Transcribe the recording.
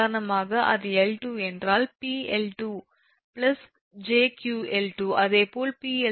உதாரணமாக அது 𝐿2 என்றால் 𝑃𝐿2𝑗𝑄𝐿2 அதேபோல் 𝑃𝐿3𝑗𝑄𝐿3